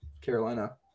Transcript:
Carolina